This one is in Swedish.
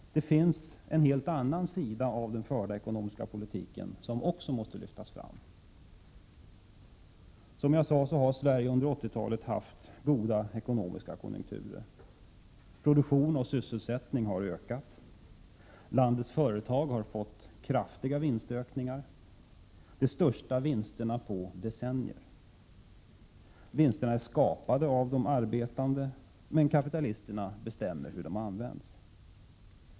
Det finns en helt annan sida av den förda ekonomiska politiken som också måste lyftas fram. Sverige har alltså under 80-talet haft goda ekonomiska konjunkturer. Produktion och sysselsättning har ökat. Landets företag har fått kraftiga vinstökningar — de största vinsterna på decennier. Vinsterna är skapade av de arbetande, men kapitalisterna bestämmer hur de används.